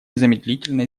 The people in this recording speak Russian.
незамедлительно